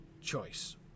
choice